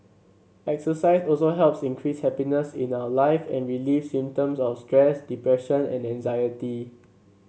exercise also helps increase happiness in our life and relieve symptoms of stress depression and anxiety